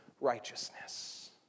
righteousness